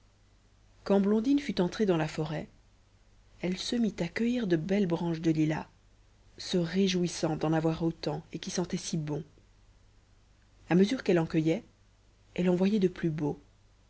quand blondine fut entrée dans la forêt elle se mit à cueillir de belles branches de lilas se réjouissant d'en avoir autant et qui sentaient si bon a mesure qu'elle en cueillait elle en voyait de plus beaux